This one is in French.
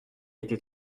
été